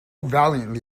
valiantly